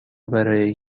برای